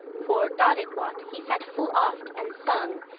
for, god it wot, he sat full oft and sung,